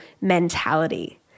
mentality